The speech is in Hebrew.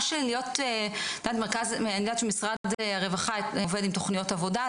אני יודעת שמשרד הרווחה עובד עם תוכניות עבודה,